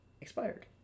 expired